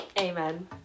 amen